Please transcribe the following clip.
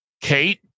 Kate